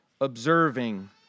observing